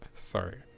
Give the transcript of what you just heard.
Sorry